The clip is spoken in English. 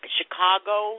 Chicago